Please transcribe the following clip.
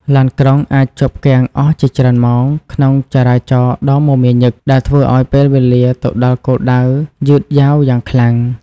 ឡានក្រុងអាចជាប់គាំងអស់ជាច្រើនម៉ោងក្នុងចរាចរណ៍ដ៏មមាញឹក ដែលធ្វើឱ្យពេលវេលាទៅដល់គោលដៅយឺតយ៉ាវយ៉ាងខ្លាំង។